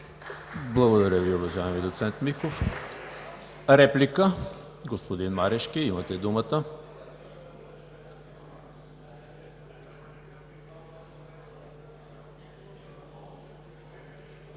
Благодаря Ви, уважаеми доцент Михов. Реплика? Господин Марешки, имате думата.